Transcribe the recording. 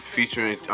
Featuring